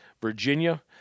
Virginia